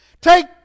Take